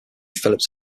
phillips